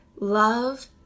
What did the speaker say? Love